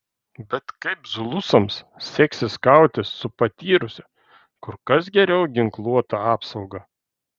bet kaip zulusams seksis kautis su patyrusia kur kas geriau ginkluota apsauga